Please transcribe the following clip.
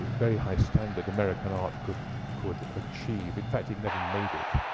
very high standard american art could could achieve. in fact, it never made it